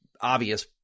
obvious